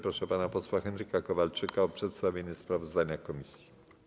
Proszę pana posła Henryka Kowalczyka o przedstawienie sprawozdania komisji.